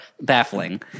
baffling